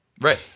right